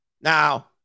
Now